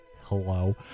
Hello